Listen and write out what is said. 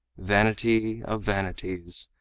vanity of vanities,